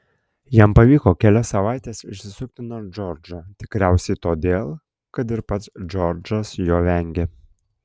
jam pavyko kelias savaites išsisukti nuo džordžo tikriausiai todėl kad ir pats džordžas jo vengė